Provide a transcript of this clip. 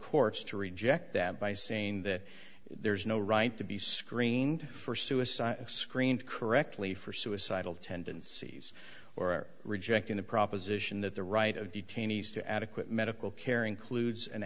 courts to reject that by saying that there is no right to be screened for suicide screened correctly for suicidal tendencies or rejecting the proposition that the right of detainees to adequate medical care includes an